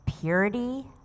purity